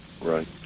right